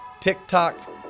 TikTok